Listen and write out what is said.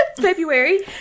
February